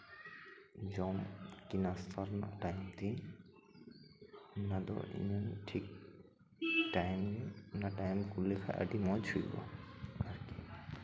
ᱡᱚᱥ ᱥᱮ ᱱᱟᱥᱛᱟ ᱨᱮᱱᱟᱜ ᱴᱟᱭᱤᱢ ᱛᱤᱧ ᱚᱱᱟ ᱫᱚ ᱤᱧᱟᱹᱝ ᱴᱷᱤᱠ ᱴᱟᱭᱤᱢ ᱚᱱᱟ ᱴᱟᱭᱤᱢᱮᱢ ᱠᱩᱞ ᱞᱮᱠᱷᱟᱱ ᱟᱹᱰᱤ ᱢᱚᱡᱽ ᱦᱩᱭᱩᱜᱼᱟ